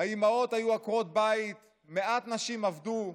האימהות היו עקרות בית ומעט נשים עבדו,